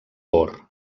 bor